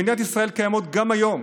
במדינת ישראל קיימות גם היום